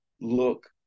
look